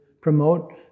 promote